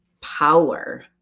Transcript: power